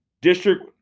district